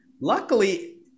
luckily